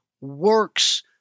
works